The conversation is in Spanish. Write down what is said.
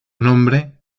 nombre